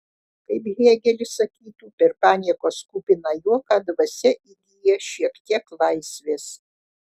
kaip hėgelis sakytų per paniekos kupiną juoką dvasia įgyja šiek tiek laisvės